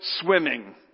swimming